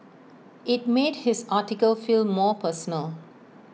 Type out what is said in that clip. IT made his article feel more personal